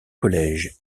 collèges